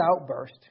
outburst